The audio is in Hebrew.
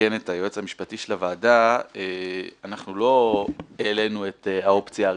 לתקן את היועץ המשפטי של הוועדה אנחנו לא העלינו את האופציה הראשונה,